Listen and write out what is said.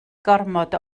gormod